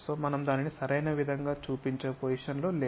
మనం దానిని సరైన విధంగా చూపించే స్థితిలో లేము